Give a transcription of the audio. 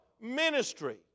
Ministry